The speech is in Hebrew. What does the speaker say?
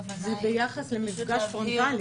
זה ביחס למפגש פרונטלי.